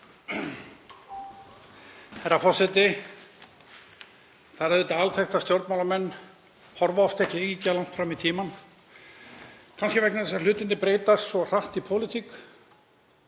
Það er auðvitað alþekkt að stjórnmálamenn horfa oft ekki ýkja langt fram í tímann, kannski vegna þess að hlutirnir breytast svo hratt í pólitík.